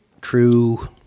true